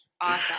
awesome